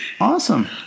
Awesome